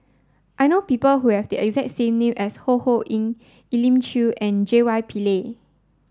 I know people who have the exact same name as Ho Ho Ying Elim Chew and J Y Pillay